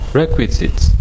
requisites